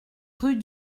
rue